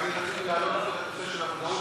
רק אני רציתי להעלות את נושא המודעוּת,